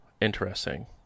Interesting